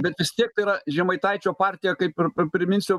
bet vis tiek tai yra žemaitaičio partija kaip ir priminsiu